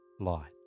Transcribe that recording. light